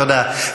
תודה.